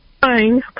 Fine